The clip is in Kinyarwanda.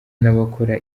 n’abakora